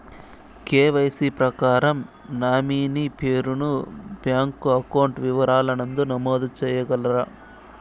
KYC ప్రకారం nominee పేరు ను బ్యాంకు అకౌంట్ వివరాల నందు నమోదు సేయగలరా?